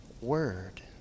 Word